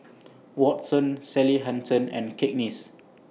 Watsons Sally Hansen and Cakenis